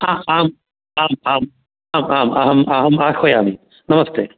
अ आम् आम् आम् अहम् अहम् आह्वयामि नमस्ते